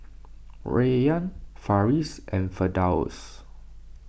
Rayyan Farish and Firdaus